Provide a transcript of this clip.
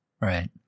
Right